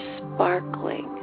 sparkling